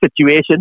situation